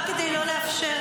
רק כדי לא לאפשר.